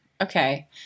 Okay